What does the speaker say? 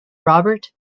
robert